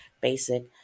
basic